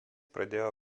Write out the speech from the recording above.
pradėjo